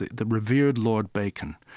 the the revered lord bacon,